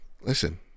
listen